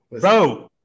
bro